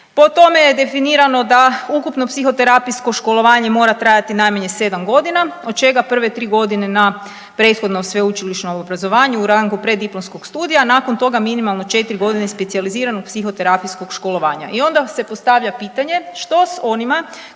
Po tome je definirano da ukupno psihoterapijsko školovanje mora trajati najmanje 7.g. od čega prve 3.g. na prethodnom sveučilišnom obrazovanju u rangu preddiplomskog studija, a nakon toga minimalno 4.g. specijaliziranog psihoterapijskog školovanja i onda se postavlja pitanje što s onima